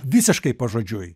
visiškai pažodžiui